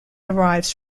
arrives